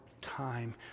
time